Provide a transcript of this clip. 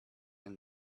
and